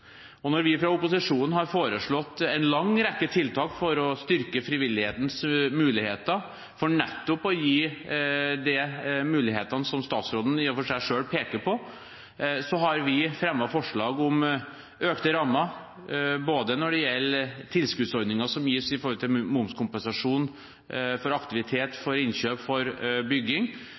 Vi har fra opposisjonen foreslått en lang rekke tiltak for å styrke frivillighetens muligheter, for nettopp å gi dem mulighetene som statsråden i og for seg selv peker på. Vi har fremmet forslag om økte rammer når det gjelder både tilskuddsordninger som gis for momskompensasjon, aktivitet, innkjøp og bygging, og også for